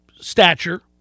Stature